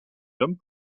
homme